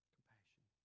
Compassion